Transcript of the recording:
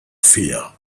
fear